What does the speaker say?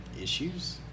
issues